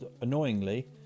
annoyingly